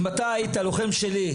אם אתה היית לוחם שלי,